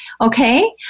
okay